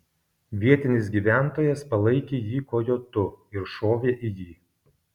vietinis gyventojas palaikė jį kojotu ir šovė į jį